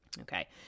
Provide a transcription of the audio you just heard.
Okay